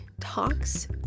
talks